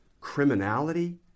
criminality